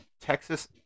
Texas